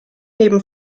neben